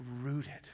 rooted